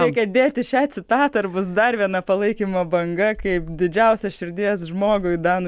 reikia dėti šią citatą ir bus dar viena palaikymo banga kaip didžiausią širdies žmogui danui